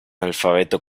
alfabeto